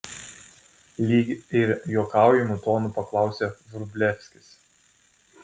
lyg ir juokaujamu tonu paklausė vrublevskis